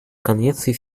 конвенцией